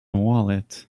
wallet